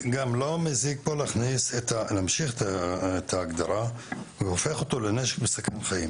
וגם לא מזיק כאן להמשיך את ההגדרה "והופך אותו לנשק מסכן חיים",